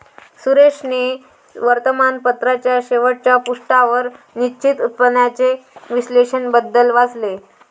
सुरेशने वर्तमानपत्राच्या शेवटच्या पृष्ठावर निश्चित उत्पन्नाचे विश्लेषण बद्दल वाचले